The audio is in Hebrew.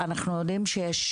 אנחנו יודעים שיש